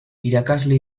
irakasle